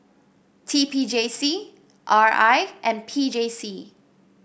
T P J C R I and P J C